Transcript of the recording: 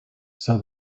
saw